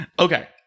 okay